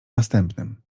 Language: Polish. następnym